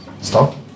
Stop